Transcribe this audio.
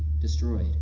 destroyed